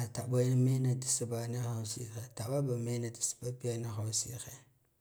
ataɓa ya mena da sba niha sine taɓa ba mena sba biyo sihe